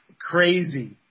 crazy